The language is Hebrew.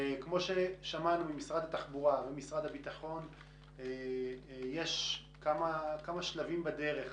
כמו ששמענו ממשרד התחבורה ומשרד הביטחון יש כמה שלבים בדרך.